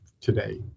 today